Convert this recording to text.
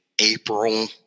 April